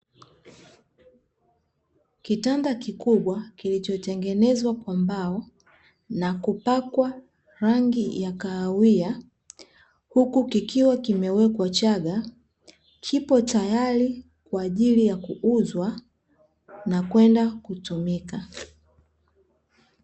Kitanda kikubwa kilichotengenezwa kwa mbao na kupakwa rangi ya kahawia, huku kikiwa kimewekwa chaga, kipo tayari kwaajili ya kuuzwa na kwenda kutumika.